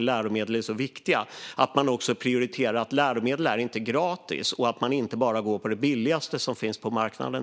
Läromedel är inte gratis utan ska prioriteras, det vill säga man ska inte bara gå på det billigaste som finns på marknaden.